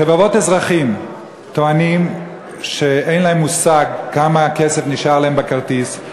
רבבות אזרחים טוענים שאין להם מושג כמה כסף נשאר להם בכרטיס.